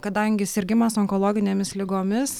kadangi sirgimas onkologinėmis ligomis